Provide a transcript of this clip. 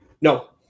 No